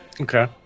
Okay